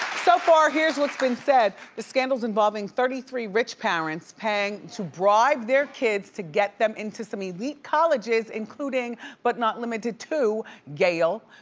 so far, here's what's been said. the scandals involving thirty three rich parents paying to bribe their kids to get them into some elite colleges, including but not limited to yale,